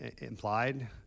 implied